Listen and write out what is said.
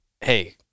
hey